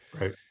Right